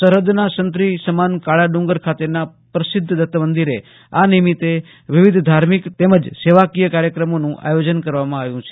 સરહદના સંત્રી સમાન કાળાડુંગર ખાતેના પ્રસિધ્ધ દત્તમંદિરે આ નિમેતે વિવિધ ધાર્મિક સેવાકીય કાર્યક્રમોનું આયોજન કરવામાં આવ્યુ છે